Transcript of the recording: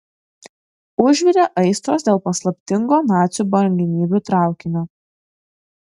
užvirė aistros dėl paslaptingo nacių brangenybių traukinio